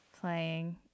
playing